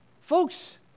Folks